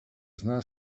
zna